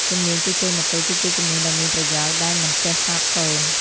ជំនាញជួសជុលម៉ូតូគឺជាជំនាញដ៏មានប្រយោជន៍ដែលមិនចេះសាបសូន្យ។